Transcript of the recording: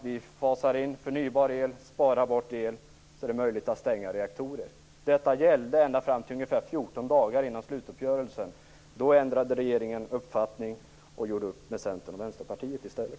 Vi fasar in förnybar el och sparar el så att det blir möjligt att stänga reaktorer. Detta gällde fram till ungefär 14 dagar innan slutuppgörelsen. Då ändrade regeringen uppfattning och gjorde upp med Centern och Vänsterpartiet i stället.